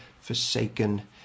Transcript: forsaken